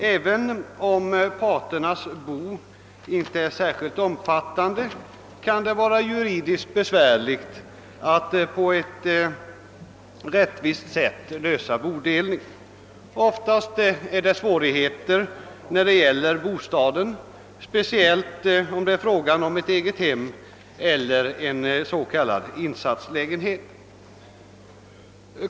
Även om parternas bo inte är särskilt omfattande, kan det vara juridiskt besvärligt att på ett rättvist sätt genomföra bodelningen. Oftast förekommer svårigheter när det gäller bostaden, speciellt om det är fråga om ett egethem eller en s.k. insatslägenhet.